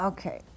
Okay